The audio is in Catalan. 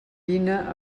vine